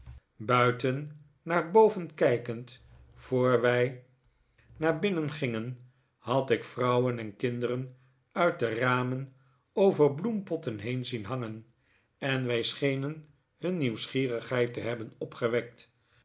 buiten naar boven kijkend voor wij naar binnen gingen had ik vrouwen en kinderen uit de ramen over bloempotten heen zien hangen en wij schenen hun nieuwsgierigheid te hebben opgewekt